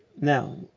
Now